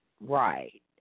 Right